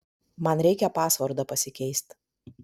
man reikia pasvordą pasikeist